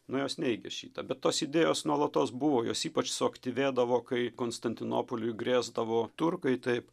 na jos neigė šitą bet tos idėjos nuolatos buvo jos ypač suaktyvėdavo kai konstantinopoliui grėsdavo turkai taip